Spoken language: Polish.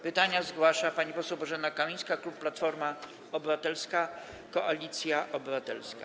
Pytania zgłasza pani poseł Bożena Kamińska, klub Platforma Obywatelska - Koalicja Obywatelska.